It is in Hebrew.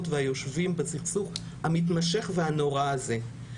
והיושבים בסכסוך המתמשך והנורא הזה.